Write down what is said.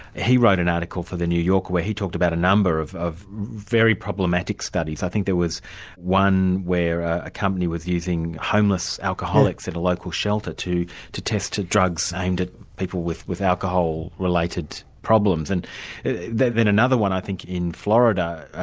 he wrote an article for the new yorker where he talks about a number of of very problematic studies. i think there was one where a company was using homeless alcoholics at a local shelter to to test drugs, aimed at people with with alcohol related problems. and then then another one i think in florida,